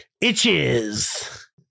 itches